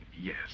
yes